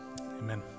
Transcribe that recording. Amen